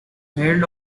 held